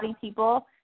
people